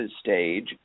stage